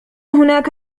هناك